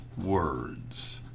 words